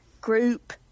group